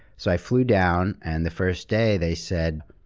so i flew down and the first day they said,